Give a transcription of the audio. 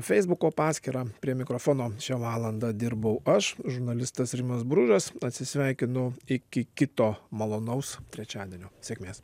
feisbuko paskyrą prie mikrofono šią valandą dirbau aš žurnalistas rimas bružas atsisveikinu iki kito malonaus trečiadienio sėkmės